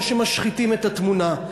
או שמשחיתים את התמונה.